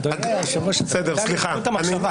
אדוני היושב-ראש, נקטע לי חוט המחשבה.